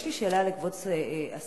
יש לי שאלה לכבוד השר: